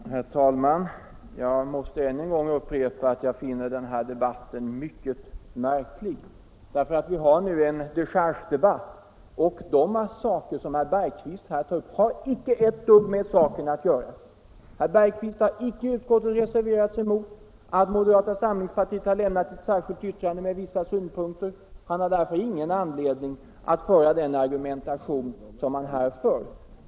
Herr talman! Jag måste än en gång upprepa att jag finner den här = Oljeutvinningsplattdebatten mycket märklig. Vi har nu en dechargedebatt, och de saker = formar som herr Bergqvist tar upp har icke ett dugg med saken att göra. Herr Bergqvist har icke i utskottet reserverat sig mot att moderata samlingspartiet har avlämnat ett särskilt yttrande med vissa synpunkter. Han har därför ingen anledning att föra den argumentation som han här för.